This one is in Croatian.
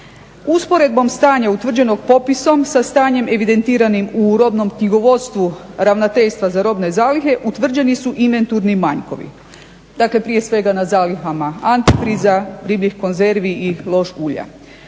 Usporedbom stanja utvrđenog popisom sa stanjem evidentiranim u robnom knjigovodstvu Ravnateljstva za robne zalihe, utvrđeni su inventurni manjkovi, dakle prije svega na zalihama antifriza, ribljih konzervi i lož ulja.